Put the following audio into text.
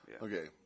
Okay